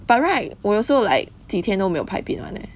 but right 我 also like 几天都没有排便 [one] leh